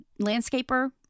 landscaper